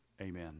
Amen